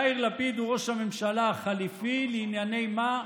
יאיר לפיד הוא ראש הממשלה החליפי, לענייני מה?